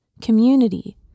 community